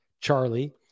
Charlie